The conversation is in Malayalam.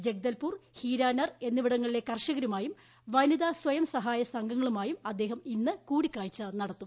ജഗ്ദൽപൂർ ഹീരാനർ എന്നിവിടങ്ങളിലെ കർഷകരുമായും വനിതാ സ്വയംസഹായ സംഘങ്ങളുമായും അദ്ദേഹും ഇന്ന് കൂടിക്കാഴ്ച്ച നടത്തും